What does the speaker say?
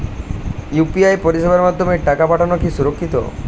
UPI পরিষেবার মাধ্যমে টাকা পাঠানো কি সুরক্ষিত?